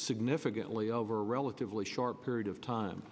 significantly over a relatively short period of time